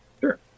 Sure